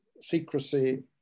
secrecy